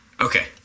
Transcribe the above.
Okay